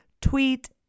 tweet